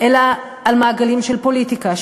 אלא על מעגלים של פוליטיקה,